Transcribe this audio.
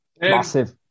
massive